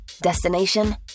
destination